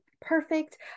perfect